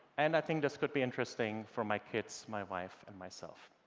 and i think this could be interesting for my kids, my wife and myself.